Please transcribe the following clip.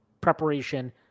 preparation